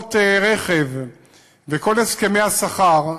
הוצאות רכב וכל הסכמי השכר,